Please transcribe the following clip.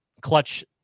clutch